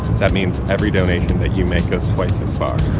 that means every donation that you make, goes twice as far!